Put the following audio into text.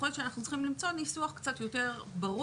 יכול להיות שאנחנו צריכים למצוא ניסוח קצת יותר ברור.